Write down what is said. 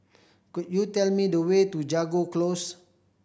could you tell me the way to Jago Close